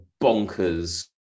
bonkers